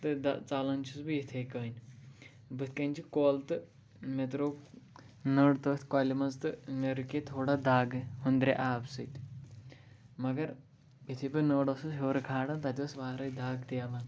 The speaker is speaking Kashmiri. تہٕ دپ ژلان چھُس بہٕ یِتھَے کٔنۍ بٕتھِ کَنۍ چھِ کۄل تہٕ مےٚ تروو نٔر تٔتھۍ کۄلہِ منٛز تہٕ مےٚ رُکے تھوڑا دَگ ہُندرے آبہٕ سۭتۍ مگر یِتھٕے پٲٹھۍ نٔر اوسُس ہیوٚر کھالن تَتہِ اوس واریاہ دَگ تیلن